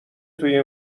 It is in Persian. توی